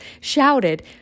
shouted